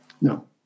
No